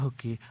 Okay